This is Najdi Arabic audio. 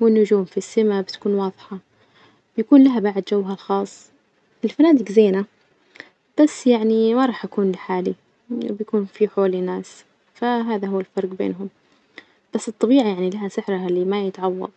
والنجوم في السما بتكون واظحة، بيكون لها بعد جوها الخاص، الفنادج زينة بس يعني ما راح أكون لحالي بكون في حولي ناس، فهذا هو الفرج بينهم، بس الطبيعة يعني لها سحرها اللي ما يتعوض.